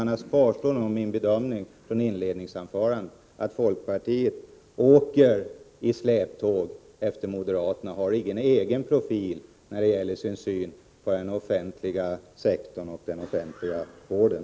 Annars kvarstår min bedömning från mitt inledningsanförande, nämligen att folkpartiet åker släptåg efter moderaterna och har ingen egen profil när det gäller synen på den offentliga sektorn och den offentliga vården.